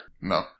No